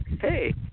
Hey